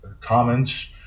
comments